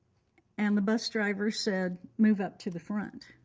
and the bus driver said, move up to the front.